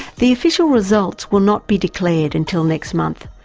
the official results will not be declared until next month,